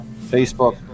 Facebook